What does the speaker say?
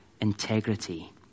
integrity